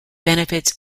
benefits